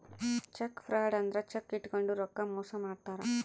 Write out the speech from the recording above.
check fraud ಅಂದ್ರ cheque ಇಟ್ಕೊಂಡು ರೊಕ್ಕ ಮೋಸ ಮಾಡ್ತಾರ